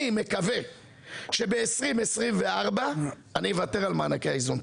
אני מקווה שב-2024 אני אוותר על מענקי האיזון,